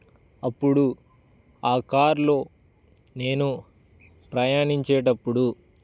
అప్పుడు ఆ కార్లో నేను ప్రయాణించేటప్పుడు